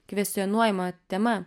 kvestionuojama tema